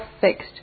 fixed